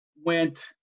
went